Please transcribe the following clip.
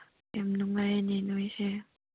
ꯌꯥꯝ ꯅꯨꯡꯉꯥꯏꯅꯦ ꯅꯣꯏꯁꯦ